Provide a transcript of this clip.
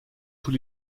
tous